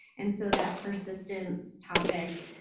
and so that persistence topic